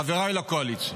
חבריי לקואליציה,